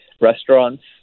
restaurants